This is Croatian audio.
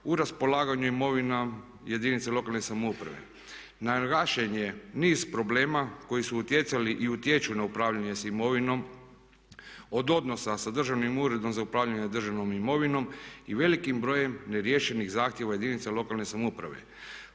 u raspolaganju imovinom jedinice lokalne samouprave. Naglašen je niz problema koji su utjecali i utječu na upravljanje s imovinom od odnosa sa državnim uredom za upravljanje državnom imovinom i velikim brojem neriješenih zahtjeva od jedinica lokalne samouprave.